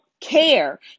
care